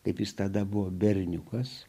kaip jis tada buvo berniukas